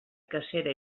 cacera